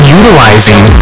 utilizing